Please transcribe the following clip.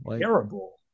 terrible